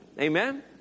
amen